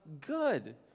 good